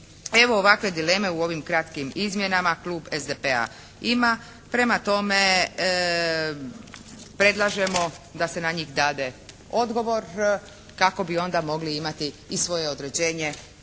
Evo ovakve dileme u ovim kratkim izmjenama klub SDP-a ima. Prema tome, predlažemo da se na njih dade odgovor kako bi onda mogli imati i svoje određenje